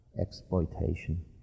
exploitation